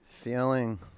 feeling